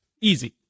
Easy